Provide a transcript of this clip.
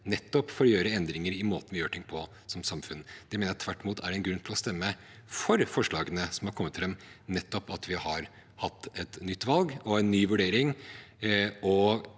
nettopp for å gjøre endringer i måten vi gjør ting på som samfunn. Jeg mener tvert imot en grunn til å stemme for forslagene som har kommet fram, nettopp er at vi har hatt et nytt valg og en ny vurdering.